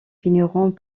finiront